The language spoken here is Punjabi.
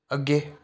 ਅੱਗੇ